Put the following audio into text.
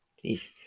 please